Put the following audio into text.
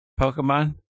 Pokemon